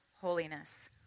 holiness